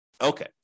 Okay